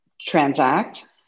transact